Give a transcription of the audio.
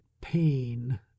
pain